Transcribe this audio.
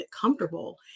comfortable